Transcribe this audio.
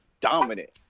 dominant